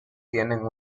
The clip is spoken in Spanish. tienen